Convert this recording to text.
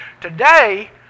Today